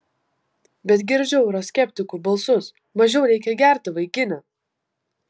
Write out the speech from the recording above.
bet girdžiu euroskeptikų balsus mažiau reikia gerti vaikine